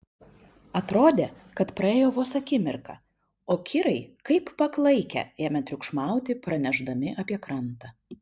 atrodė kad praėjo vos akimirka o kirai kaip paklaikę ėmė triukšmauti pranešdami apie krantą